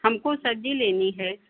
हमको सब्ज़ी लेनी है